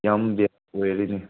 ꯌꯥꯝ ꯕꯦꯔꯥ ꯑꯣꯏꯔꯦꯅꯦ